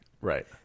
Right